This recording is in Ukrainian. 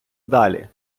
далі